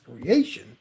creation